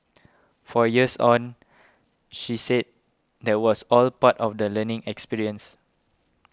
four years on she said that was all part of the learning experience